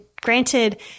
Granted